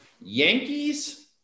Yankees